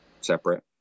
separate